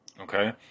okay